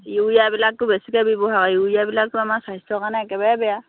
ইউৰিয়াবিলাকটো বেছিকৈ ব্যৱহাৰ কৰা হয় ইউৰিয়াবিলাকটো আমাৰ স্বাস্থ্যৰ কাৰণে একেবাৰেই বেয়া